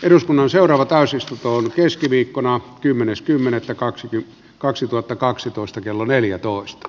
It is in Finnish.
eduskunnan seuraava täysistuntoon keskiviikkona kymmenes kymmenettä kaksi pilkku kaksituhattakaksitoista kello neljätoista